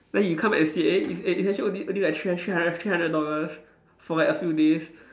then you come back and see eh it's ac~ it's actually only only like three hun~ three hundred three hundred dollars for like a few days